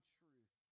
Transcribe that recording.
truth